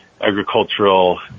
agricultural